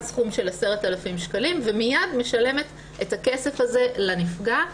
סכום של 10,000 שקלים ומייד משלמת את הכסף הזה לנפגע.